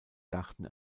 garten